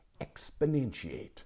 exponentiate